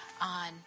On